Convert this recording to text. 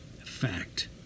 fact